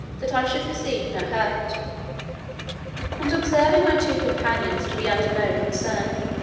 that i should receive no hurt and observing my two companions to be under no concern,